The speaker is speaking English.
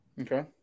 Okay